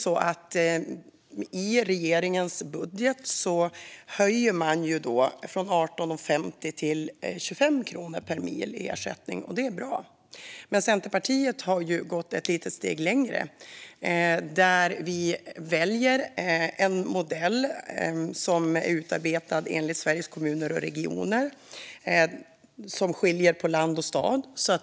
I regeringens budget höjer man ersättningen från 18,50 till 25 kronor per mil. Det är bra. Centerpartiet har dock gått ett litet steg längre: Vi väljer en modell som är utarbetad av Sveriges Kommuner och Regioner och som skiljer på land och stad.